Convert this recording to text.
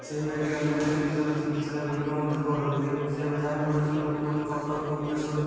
ସେ ମେଡିକାଲକୁ ଯାଇକି ନିଜର ଚିକିତ୍ସା ଗୁଡ଼ିକ ମଧ୍ୟ କରନ୍ତେ ଯାହାଫଳରେ କି ଲୋକମାନେ କଟକ ଭୁବନେଶ୍ବର ରୁ